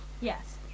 Yes